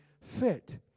fit